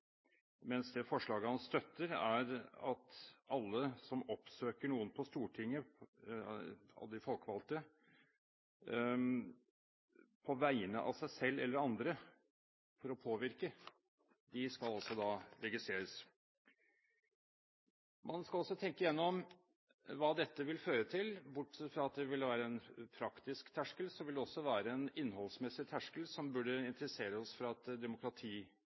mens det forslaget han støtter, er at alle som oppsøker noen av de folkevalgte på Stortinget på vegne av seg selv eller andre for å påvirke, altså skal registreres. Man skal også tenke igjennom hva dette vil føre til. Bortsett fra at det vil være en praktisk terskel, vil det også være en innholdsmessig terskel, som burde interessere oss fra et